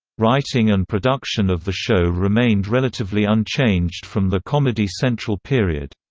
writing and production of the show remained relatively unchanged from the comedy central period.